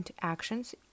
actions